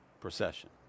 procession